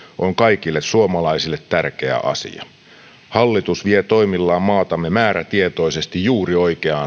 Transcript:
on kaikille suomalaisille tärkeä asia hallitus vie toimillaan maatamme määrätietoisesti juuri oikeaan